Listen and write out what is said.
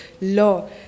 law